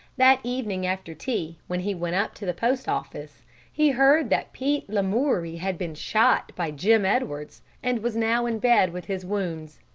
that evening after tea, when he went up to the post-office, he heard that pete lamoury had been shot by jim edwards, and was now in bed with his wounds.